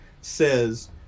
says